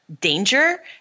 danger